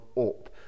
up